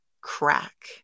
crack